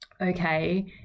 okay